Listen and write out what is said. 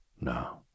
no